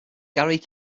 gary